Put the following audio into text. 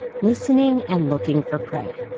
listening and looking for prey.